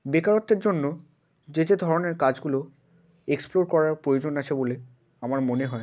বেকারত্বের জন্য যে যে ধরনের কাজগুলো এক্সপ্লোর করার প্রয়োজন আছে বলে আমার মনে হয়